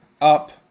up